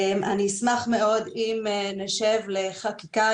אני אשמח מאוד אם נשב לחקיקה,